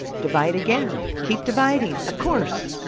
divide again keep dividing, of course!